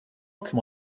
welcome